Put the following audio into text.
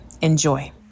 Enjoy